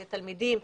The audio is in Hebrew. זה תלמידים,